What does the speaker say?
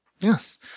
Yes